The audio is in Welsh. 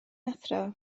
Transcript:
athro